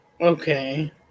okay